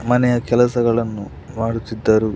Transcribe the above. ಮನೆಯ ಕೆಲಸಗಳನ್ನು ಮಾಡುತ್ತಿದ್ದರು